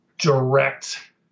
direct